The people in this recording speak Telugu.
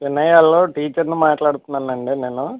వినయ్ వాళ్ళ టీచర్ని మాట్లాడుతున్నానండి నేను